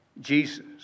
Jesus